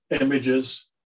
images